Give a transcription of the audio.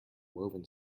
woven